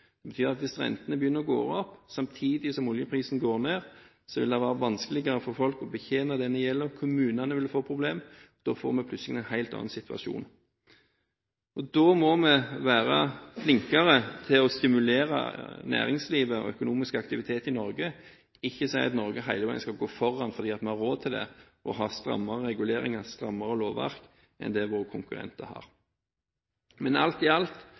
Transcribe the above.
Det betyr at hvis rentene begynner å gå opp, samtidig som oljeprisen går ned, vil det være vanskeligere for folk å betjene denne gjelden. Kommunene vil få problemer. Da får vi plutselig en helt annen situasjon. Da må vi være flinkere til å stimulere næringslivet og annen økonomisk aktivitet i Norge – ikke si at Norge hele tiden skal gå foran fordi vi har råd til det, og fordi vi har strammere reguleringer, strammere lovverk, enn det våre konkurrenter har. Alt i alt: